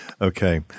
Okay